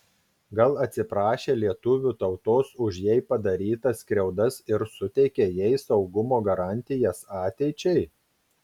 gal atsiprašė lietuvių tautos už jai padarytas skriaudas ir suteikė jai saugumo garantijas ateičiai